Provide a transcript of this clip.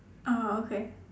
orh okay